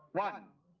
one